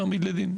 נעמיד לדין.